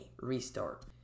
restart